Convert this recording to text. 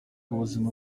ubuzima